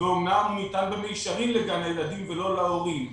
ואומנם ניתן במישרין לגן הילדים ולא להורים,